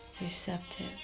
receptive